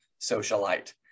socialite